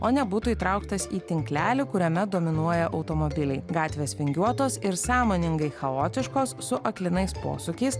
o ne būtų įtrauktas į tinklelį kuriame dominuoja automobiliai gatvės vingiuotos ir sąmoningai chaotiškos su aklinais posūkiais